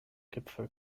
gipfel